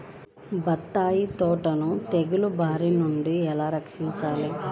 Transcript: బత్తాయి తోటను తెగులు బారి నుండి ఎలా రక్షించాలి?